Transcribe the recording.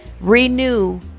renew